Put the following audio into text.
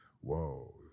whoa